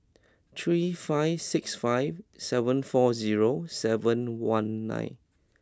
three five six five seven four zero seven one nine